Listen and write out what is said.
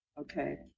okay